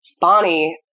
Bonnie